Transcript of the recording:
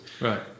Right